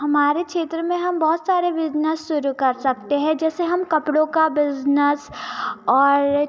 हमारे क्षेत्र में हम बहुत सारे बिजनस शुरू कर सकते हैं जैसे हम कपड़ों का बिजनस और